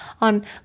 on